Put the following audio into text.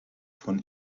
von